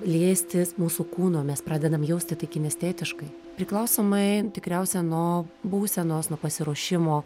liestis mūsų kūno mes pradedam jausti tai kinestetiškai priklausomai tikriausia nuo būsenos nuo pasiruošimo